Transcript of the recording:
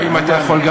האם אתה יכול גם,